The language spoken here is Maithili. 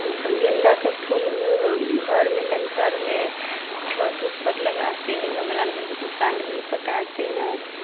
गेन्दाके फूल घरमे घरमे छत उतपर लगाते हैं गमलामे भी पानि उनि पटाते हैं